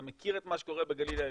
אתה מכיר את מה שקורה בגליל העליון,